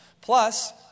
Plus